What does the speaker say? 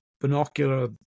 binocular